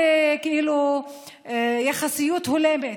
ביחסיות הולמת.